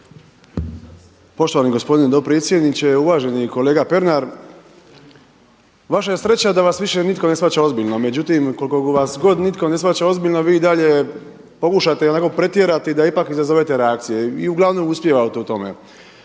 Poštovani gospodine dopredsjedniče, uvaženi kolega Pernar. Vaša je sreća da vaš više nitko ne shvaća ozbiljno. Međutim, koliko god vas nitko ne shvaća ozbiljno vi i dalje pokušate onako pretjerati da ipak izazovete reakcije i uglavnom uspijevate u tome.